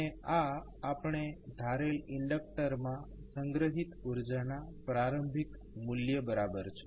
અને આ આપણે ધારેલ ઇન્ડક્ટરમાં સંગ્રહિત ઉર્જાના પ્રારંભિક મૂલ્ય બરાબર છે